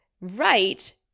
right